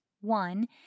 One